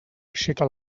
aixeca